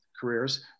careers